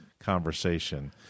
conversation